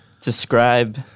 describe